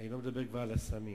ואני כבר לא מדבר על הסמים.